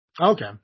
Okay